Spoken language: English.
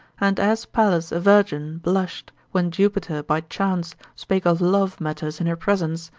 and as pallas a virgin blushed, when jupiter by chance spake of love matters in her presence,